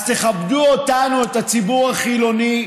אז תכבדו אותנו, את הציבור החילוני,